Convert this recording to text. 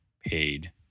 paid